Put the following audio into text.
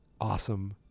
awesome